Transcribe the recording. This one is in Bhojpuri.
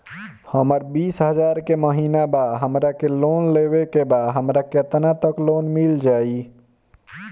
हमर बिस हजार के महिना बा हमरा के लोन लेबे के बा हमरा केतना तक लोन मिल जाई?